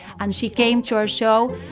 and she came to our show.